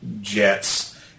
jets